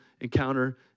encounter